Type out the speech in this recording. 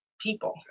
people